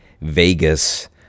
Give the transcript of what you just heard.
Vegas